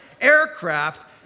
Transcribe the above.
aircraft